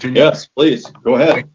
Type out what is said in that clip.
yes, please, go ahead.